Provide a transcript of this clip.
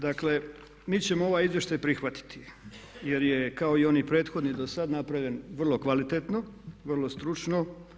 Dakle mi ćemo ovaj izvještaj prihvatiti jer je kao i onaj prethodni do sad napravljen vrlo kvalitetno, vrlo stručno.